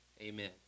Amen